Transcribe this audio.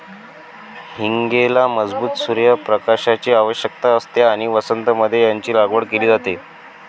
हींगेला मजबूत सूर्य प्रकाशाची आवश्यकता असते आणि वसंत मध्ये याची लागवड केली जाते